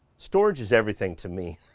storage is everything to me.